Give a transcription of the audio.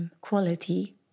quality